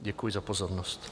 Děkuji za pozornost.